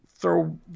Throw